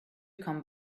come